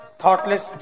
thoughtless